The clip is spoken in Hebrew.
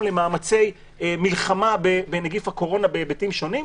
למאמצי המלחמה בנגיף הקורונה בהיבטים שונים,